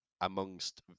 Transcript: amongst